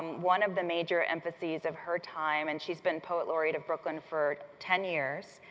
one of the major emphases of her time, and she's been poet laureate of brooklyn for ten years,